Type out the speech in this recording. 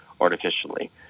artificially